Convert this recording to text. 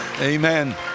amen